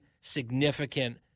significant